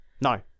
No